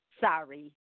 sorry